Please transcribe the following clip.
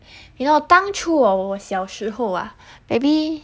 you know 当初我我小时候啊 maybe